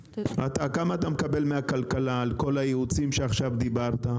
כמה אתה מקבל מהכלכלה על כל הייעוצים שדיברת עליהם עכשיו?